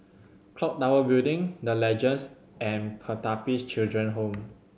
Clock Tower Building The Legends and Pertapis Children Home